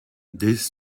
this